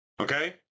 Okay